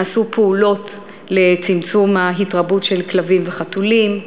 נעשו פעולות לצמצום ההתרבות של כלבים וחתולים,